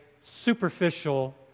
superficial